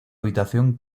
habitación